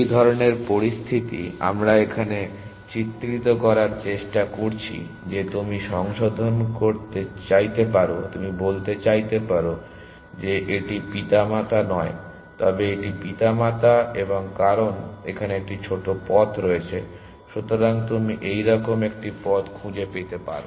এই ধরনের পরিস্থিতি আমরা এখানে চিত্রিত করার চেষ্টা করছি যে তুমি সংশোধন করতে চাইতে পারো তুমি বলতে চাইতে পারো যে এটি পিতামাতা নয় তবে এটি পিতামাতা এবং কারণ এখানে একটি ছোট পথ রয়েছে । সুতরাং তুমি এইরকম একটি পথ খুঁজে পেতে পারো